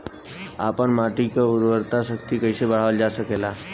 आपन माटी क उर्वरा शक्ति कइसे बढ़ावल जा सकेला?